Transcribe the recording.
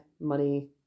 money